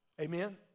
Amen